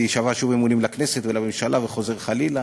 יישבע שוב אמונים לכנסת ולממשלה וחוזר חלילה.